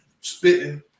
spitting